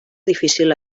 difícil